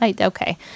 Okay